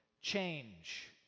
change